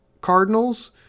Cardinals